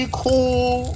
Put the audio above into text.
cool